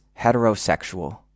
heterosexual